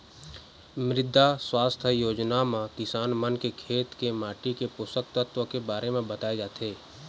मृदा सुवास्थ योजना म किसान मन के खेत के माटी के पोसक तत्व के बारे म बताए जाथे